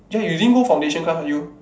eh you didn't go foundation class ah you